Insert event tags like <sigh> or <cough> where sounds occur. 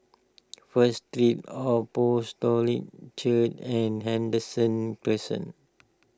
<noise> First Street Apostolic Church and Henderson Crescent